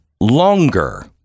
longer